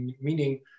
meaning